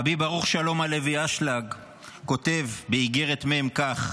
רבי ברוך שלום הלוי אשלג כותב באיגרת מ' כך: